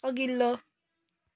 अघिल्लो